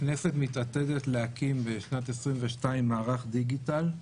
הכנסת מתעתדת להקים בשנת 2022 מערך דיגיטל,